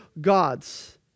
gods